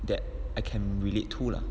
that I can relate to lah